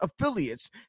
affiliates